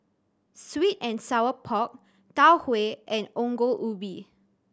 sweet and sour pork Tau Huay and Ongol Ubi